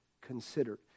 considered